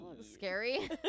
scary